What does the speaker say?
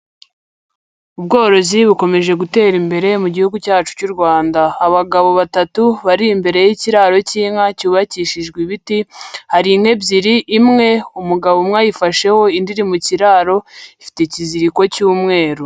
Ubworozi bukomeje gutera imbere mu gihugu cyacu cy'u Rwanda, abagabo batatu bari imbere y'ikiraro cy'inka cyubakishijwe ibiti, hari inka ebyiri, imwe umugabo umwe ayifasheho, indi iri mu kiraro, ifite ikiziriko cy'umweru.